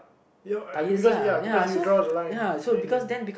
ya I because ya because you draw line then they